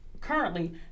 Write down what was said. currently